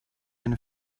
eine